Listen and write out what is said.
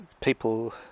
people